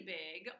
big